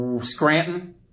Scranton